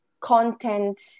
content